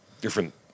different